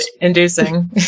inducing